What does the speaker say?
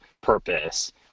purpose